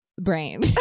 brain